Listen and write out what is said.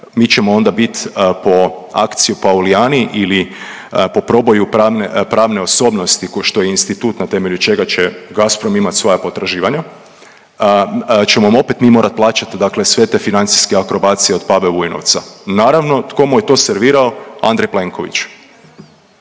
mi ćemo onda bit po actio Pauliani ili po proboju pravne osobnosti ko što je institut na temelju čega će Gazprom imat svoja potraživanja ćemo opet mi morat plaćat sve te financijske akrobacije od Pave Vujnovca. Naravno, tko mu je to servirao? Andrej Plenković.